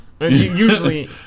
Usually